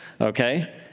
okay